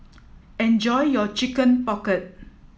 enjoy your chicken pocket